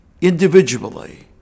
individually